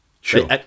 Sure